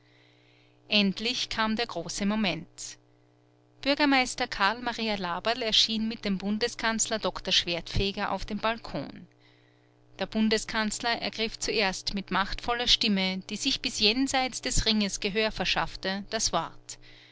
endlich kam der große moment bürgermeister karl maria laberl erschien mit dem bundeskanzler doktor schwertfeger auf dem balkon der bundeskanzler ergriff zuerst mit machtvoller stimme die sich bis jenseits des ringes gehör verschaffte das wort